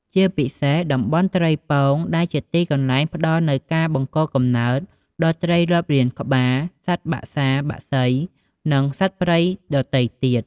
ជាពិសេសតំបន់ត្រីពង ដែលជាទីកន្លែងផ្តល់នូវការបង្កកំណើតដល់ត្រីរាប់លានក្បាល សត្វបក្សា បក្សី និងសត្វព្រៃដ៏ទៃទៀត។